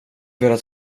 velat